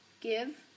give